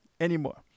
anymore